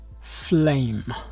Flame